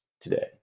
today